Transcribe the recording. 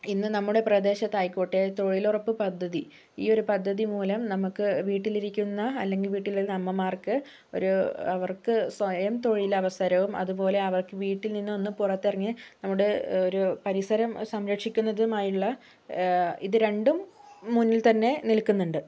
ഇന്ന് നമ്മുടെ പ്രദേശത്തായിക്കോട്ടെ തൊഴിലുറപ്പ് പദ്ധതി ഈ ഒരു പദ്ധതി മൂലം നമ്മൾക്ക് വീട്ടിലിരിക്കുന്ന അല്ലെങ്കിൽ വീട്ടിലുള്ള അമ്മമാർക്ക് ഒരു അവർക്ക് സ്വയംതൊഴിൽ അവസരവും അതുപോലെ അവർക്ക് വീട്ടിൽ നിന്നും ഒന്ന് പുറത്തിറങ്ങി നമ്മുടെ ഒരു പരിസരം സംരക്ഷിക്കുന്നതുമായുള്ള ഇത് രണ്ടും മുന്നിൽ തന്നെ നിൽക്കുന്നുണ്ട്